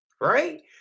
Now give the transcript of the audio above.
right